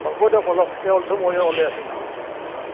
হ'ব দিয়ক অলপ পাছত ময়ো ওলাই আছোঁ নহ'লে অ